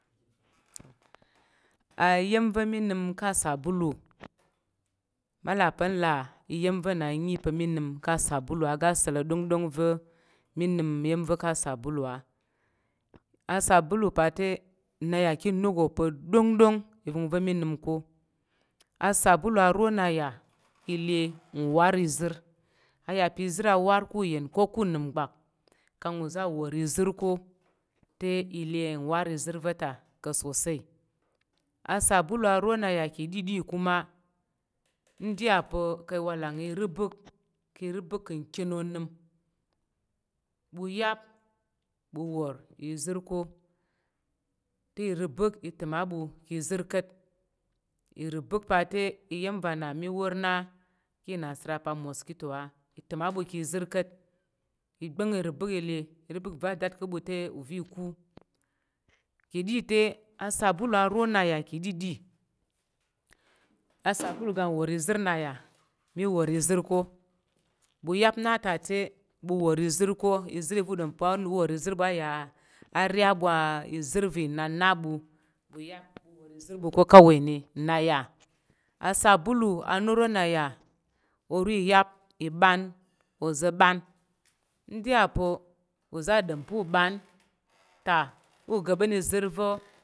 Iya̱m va̱ mi nəm ka̱ sabube ma la pa nlà iya̱m ve na nyi za mi nəm ka sabulu a aga sa̱l pa ɗongɗong va̱ mi nəm mi m va̱ ka sabulu a asabulu pa̱ te nya ki nok wo pa ɗongɗong vəngva̱ mi nəm ko a sabulu a ro naya ile uwar nzir iya pe izir awar ku yem ko ku nəu gbak kan uzo war ku izir kotel le uwar izər va̱ta pa̱ sosai a sabulu a ro na ya kididi kuma nɗiya pa̱ka waking ori bak ki re bek ka ken onəm ɓu yap bu wor izəng ko te iri bak a təm a ɓu ka̱ zər kat iri bak pate iya̱m va na mi wornaki nasera pa mosquito i tim abuki zir kat i bang iri vikile iribek ve adat kabute uza̱ ku ka dite a sabulu aro na ya kididi asabulu aga wor ozor naya mi wor izər ko bu yap na ta te bu war izir ko izizr buko don pa owo izir baya a ri a bwa izir vi na na bu bu ya bu wo izər ɓu ko kawe ne nna ya asabulu anoro naya oro iyap i ban oza̱ ɓan ndiyapa uza̱ ɗom pa̱ utəm ta uga ɓan izər vo.